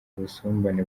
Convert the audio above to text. ubusumbane